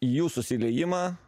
jų susiliejimą